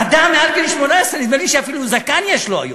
אדם מעל גיל 18, נדמה לי שאפילו זקן יש לו היום.